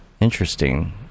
interesting